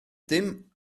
dim